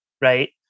right